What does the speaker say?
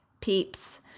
peeps